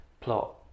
plot